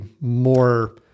more